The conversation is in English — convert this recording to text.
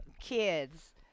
kids